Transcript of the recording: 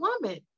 woman